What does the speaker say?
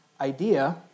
idea